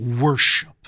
worship